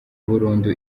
burundu